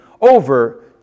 over